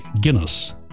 Guinness